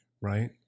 right